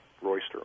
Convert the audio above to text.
Royster